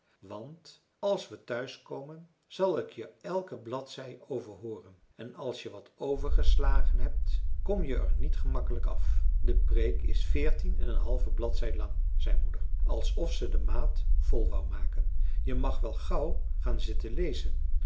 want als we thuis komen zal ik je elke bladzij overhooren en als je wat overgeslagen hebt kom je er niet gemakkelijk af de preek is veertien en een halve bladzij lang zei moeder alsof ze de maat vol wou maken je mag wel gauw gaan zitten lezen